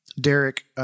Derek